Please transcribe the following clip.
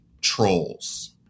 trolls